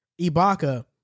Ibaka